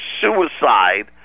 suicide